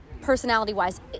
personality-wise